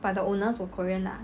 but the owners were korean lah